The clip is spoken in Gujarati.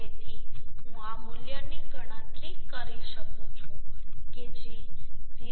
તેથી હું આ મૂલ્યની ગણતરી કરી શકું છું કે જે 0